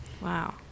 wow